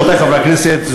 רבותי חברי הכנסת,